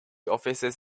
offices